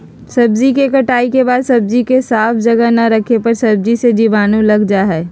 सब्जी के कटाई के बाद सब्जी के साफ जगह ना रखे पर सब्जी मे जीवाणु लग जा हय